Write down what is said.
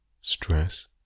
stress